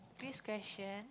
next question